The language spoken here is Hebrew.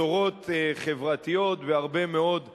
בשורות חברתיות בהרבה מאוד תחומים.